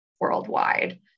worldwide